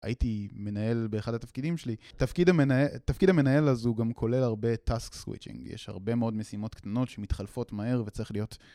הייתי מנהל באחד התפקידים שלי, תפקיד המנהל, תפקיד המנהל הזה הוא גם כולל הרבה task switching יש הרבה מאוד משימות קטנות שמתחלפות מהר וצריך להיות